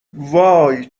وای